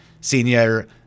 Senior